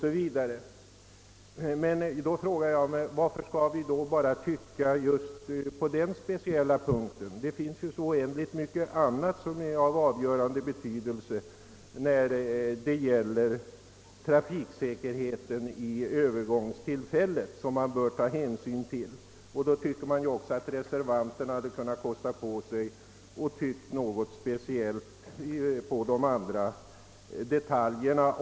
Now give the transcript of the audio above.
Jag frågar mig mot denna bakgrund varför vi skall begränsa oss just till denna speciella punkt. Det finns så oändligt mycket annat av avgörande betydelse från trafiksäkerhetssynpunkt vid övergångstillfället som man bör ta hänsyn till. Därför kunde reservanterna ha kunnat kosta på sig att tycka något speciellt även beträffande de andra detaljerna.